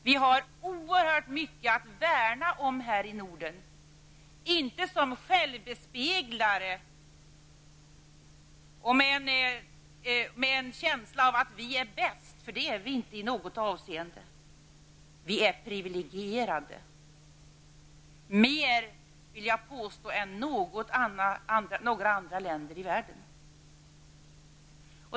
Vi har oerhört mycket att värna om här i Norden, inte som självbespeglare och med en känsla av att vi är bäst, för det är vi inte i något avseende. Jag vill påstå att vi är mer privilegierade än några andra länder i världen.